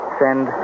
send